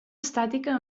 estàtica